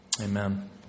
Amen